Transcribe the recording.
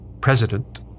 president